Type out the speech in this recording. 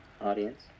audience